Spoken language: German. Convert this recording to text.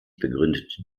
begründete